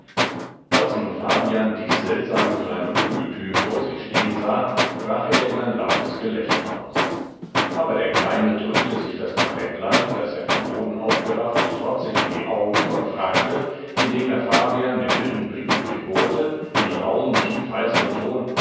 als nun fabian dies seltsame kleine ungetüm vor sich stehen sah brach er in ein lautes gelächter aus aber der kleine drückte sich das barettlein das er vom boden aufgerafft trotzig in die augen und fragte indem er fabian mit wilden blicken durchbohrte in rauhem tief heiserem ton